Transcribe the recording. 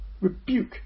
rebuke